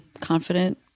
Confident